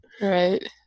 Right